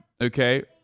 Okay